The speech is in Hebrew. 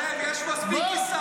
שב, יש פה מספיק כיסאות.